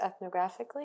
ethnographically